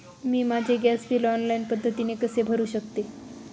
मी माझे gas bill online पद्धतीने कसे भरु शकते?